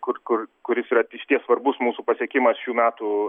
kur kur kuris yra išties svarbus mūsų pasiekimas šių metų